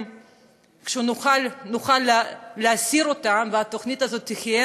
נוכל להסיר ושהתוכנית הזאת תהיה